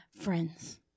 Friends